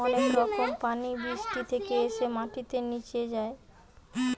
অনেক রকম পানি বৃষ্টি থেকে এসে মাটিতে নিচে যায়